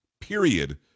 Period